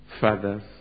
fathers